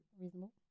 reasonable